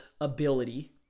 ability